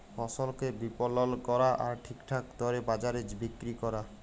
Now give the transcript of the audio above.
ফসলকে বিপলল ক্যরা আর ঠিকঠাক দরে বাজারে বিক্কিরি ক্যরা